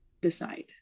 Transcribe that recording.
decide